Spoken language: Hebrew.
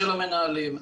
של המנהלים,